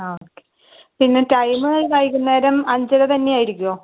ആ ഓക്കെ പിന്നെ ടൈമ് വൈകുന്നേരം അഞ്ചര തന്നെയായിരിക്കുമോ